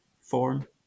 form